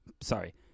sorry